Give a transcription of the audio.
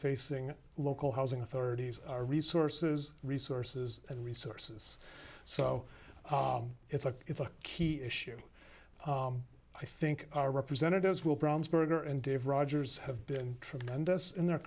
facing local housing authorities are resources resources and resources so it's a it's a key issue i think our representatives will brownsburg are and dave rogers have been tremendous in their